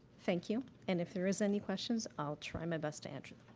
thank you, and if there is any questions, i'll try my best to answer